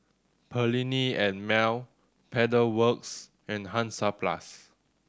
Perllini and Mel Pedal Works and Hansaplast